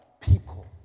people